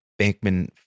Bankman